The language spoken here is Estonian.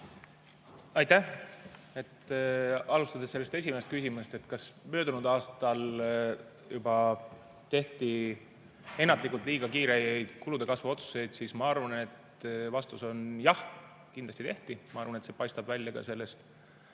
Aitäh! Alustades esimesest küsimusest, kas möödunud aastal tehti ennatlikult liiga kiireid kulude kasvu otsuseid, siis ma arvan, et vastus on jah, kindlasti tehti. Ma arvan, et see paistab välja ka selles